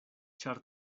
ĉar